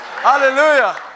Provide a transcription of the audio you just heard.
Hallelujah